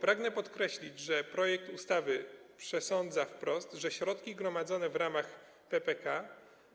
Pragnę podkreślić, że projekt ustawy przesądza wprost, że środki gromadzone w ramach PPK